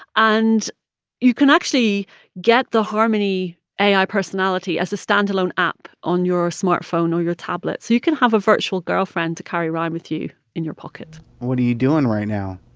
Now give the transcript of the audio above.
and you can actually get the harmony ai personality as a standalone app on your smartphone or your tablet, so you can have a virtual girlfriend to carry around with you in your pocket what are you doing right now?